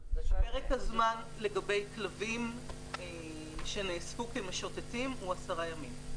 פרק הזמן לגבי כלבים שנאספו כמשוטטים הוא עשרה ימים.